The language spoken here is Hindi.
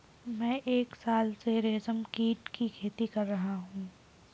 मैं एक साल से रेशमकीट की खेती कर रहा हूँ